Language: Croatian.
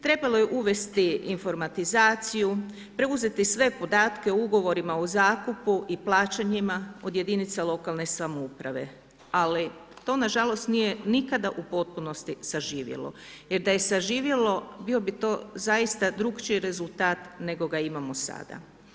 Trebalo je uvesti informatizaciju, preuzeti sve podatke o ugovorima o zakupu i plaćanjima od jedinica lokalne samouprave, ali to nažalost nije nikada u potpunosti saživjelo jer da je saživjelo bio bi to zaista drukčiji rezultat nego ga imamo sada.